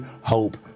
hope